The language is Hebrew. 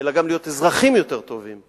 אלא גם להיות אזרחים יותר טובים.